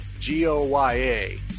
G-O-Y-A